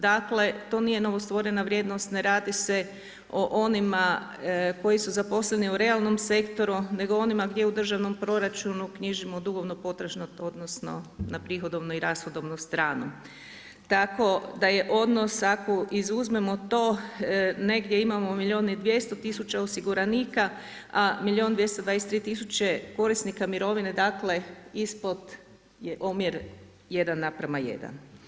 Dakle, to nije novostvorena vrijednost, ne radi se o onima koji su zaposleni u realnom sektoru nego onima gdje u državnom proračunu knjižimo dugovno potražno, odnosno na prihodovnu i rashodovnu stranu, tako da je odnos ako izuzmemo to negdje imamo milijun i 200 tisuća osiguranika, a milijuna 223 tisuće korisnika mirovine, dakle ispod je omjer 1:1.